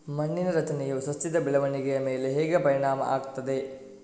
ಮಣ್ಣಿನ ರಚನೆಯು ಸಸ್ಯದ ಬೆಳವಣಿಗೆಯ ಮೇಲೆ ಹೇಗೆ ಪರಿಣಾಮ ಆಗ್ತದೆ?